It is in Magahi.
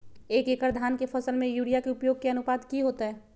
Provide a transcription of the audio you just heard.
एक एकड़ धान के फसल में यूरिया के उपयोग के अनुपात की होतय?